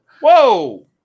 Whoa